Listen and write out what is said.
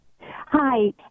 hi